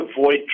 avoid